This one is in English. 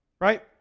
Right